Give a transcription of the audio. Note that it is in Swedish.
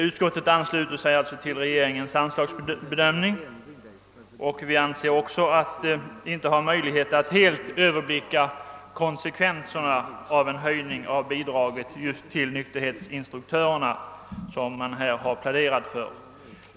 Utskottet ansluter sig till regeringens anslagsbedömning. Vi anser också att vi inte har möjlighet att helt överblicka konsekvenserna av den höjning av bidraget till nykterhetsinstruktörerna, som man här pläderat för.